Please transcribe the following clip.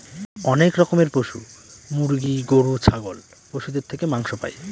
অনেক রকমের পশু মুরগি, গরু, ছাগল পশুদের থেকে মাংস পাই